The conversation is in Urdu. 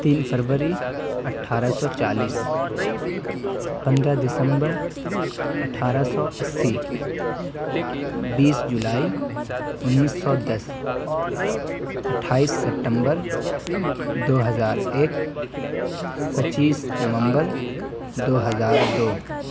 تین فروری اٹھارہ سو چالیس پندرہ دسمبر اٹھارہ سو اسی بیس جولائی انیس سو دس اٹھائیس سیپٹمبر دو ہزار ایک پچیس نومبر دو ہزار دو